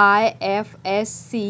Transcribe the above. IFSC